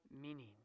meaning